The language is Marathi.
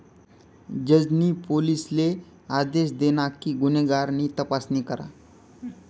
जज नी पोलिसले आदेश दिना कि गुन्हेगार नी तपासणी करा